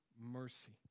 mercy